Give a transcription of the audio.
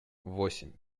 восемь